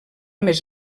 més